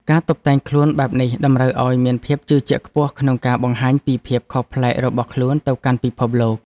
ការតុបតែងខ្លួនបែបនេះតម្រូវឱ្យមានភាពជឿជាក់ខ្ពស់ក្នុងការបង្ហាញពីភាពខុសប្លែករបស់ខ្លួនទៅកាន់ពិភពលោក។